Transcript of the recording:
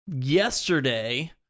yesterday